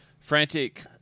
frantic